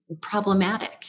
problematic